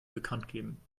bekanntgeben